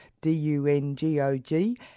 D-U-N-G-O-G